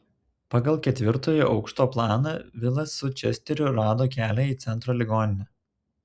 pagal ketvirtojo aukšto planą vilas su česteriu rado kelią į centro ligoninę